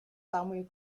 samuel